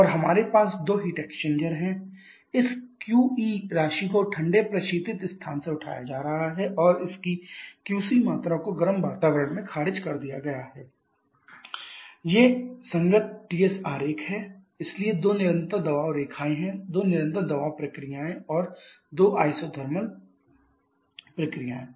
और हमारे पास दो हीट एक्सचेंजर्स हैं इस क्यूई राशि को ठंडे प्रशीतित स्थान से उठाया जा रहा है और इसकी क्यूसी मात्रा को गर्म वातावरण में खारिज कर दिया गया है ये संगत Ts आरेख हैं इसलिए दो निरंतर दबाव रेखाएं हैं दो निरंतर दबाव प्रक्रियाएं और दो इज़ोटेर्मल प्रक्रियाएं